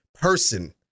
person